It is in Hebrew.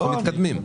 אנחנו מתקדמים.